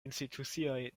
institucioj